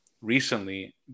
recently